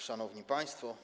Szanowni Państwo!